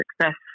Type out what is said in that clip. success